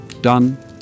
Done